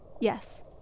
yes